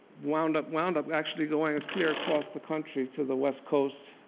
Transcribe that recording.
wound up wound up actually going clear across the country to the west coast.